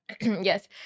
Yes